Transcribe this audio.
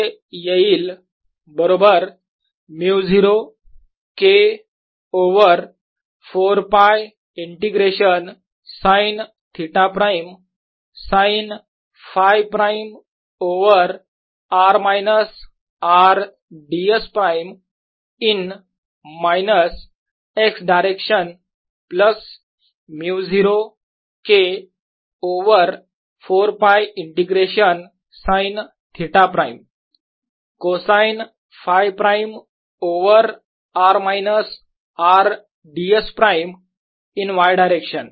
Ar04πKsinθ sinxcosϕy।r R।ds तर हे येईल बरोबर μ0 K over 4π integration sine theta prime sine Φ prime over r minus R ds prime in minus x direction plus μ0 K over 4 π integration sine theta prime cosine Φ prime over r minus R ds prime in y direction